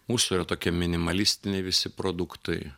mūsų yra tokie minimalistiniai visi produktai